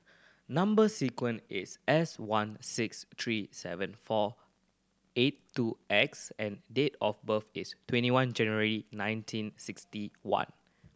number sequence is S one six three seven four eight two X and date of birth is twenty one January nineteen sixty one